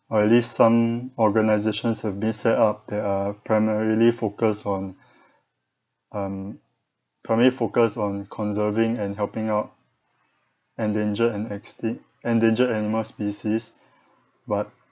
at least some organisations have been set up that are primarily focused on um primarily focus on conserving and helping out endanger and extinct endangered animal species but